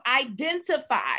identify